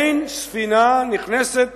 אין ספינה נכנסת